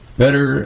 better